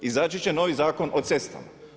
Izaći će novi Zakon o cestama.